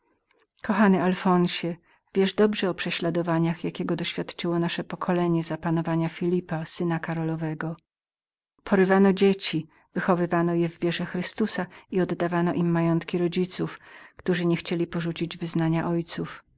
kochany alfonsie wiesz dobrze o prześladowaniach jakich doświadczyło nasze pokolenie za panowania filipa syna korolewego porywano dzieci wychowywano je w wierze chrystusa i oddawano im majątki rodziców którzy niechcieli porzucić wyznania ojców